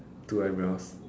two eyebrows